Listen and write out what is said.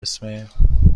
اسم